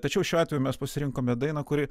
tačiau šiuo atveju mes pasirinkome dainą kuri